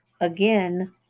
again